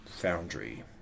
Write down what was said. Foundry